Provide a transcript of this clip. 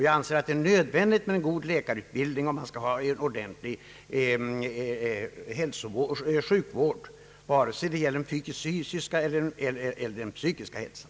Jag anser att det är nödvändigt med en god läkarutbildning, om man skall ha ordentlig sjukvård, vare sig det gäller den psykiska eller den fysiska hälsan.